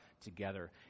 together